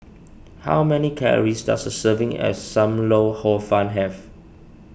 how many calories does a serving as Sam Lau Hor Fun have